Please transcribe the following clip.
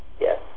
yes